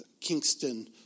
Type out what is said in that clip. Kingston